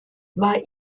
war